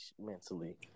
mentally